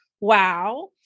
Wow